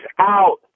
out